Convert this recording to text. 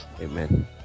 amen